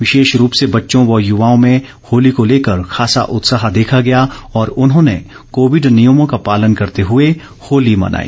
विशेष रूप से बच्चों व यूवाओं में होली को लेकर खासा उत्साह देखा गया और उन्होंने कोविड नियमों का पालन करते हुए होली मनाई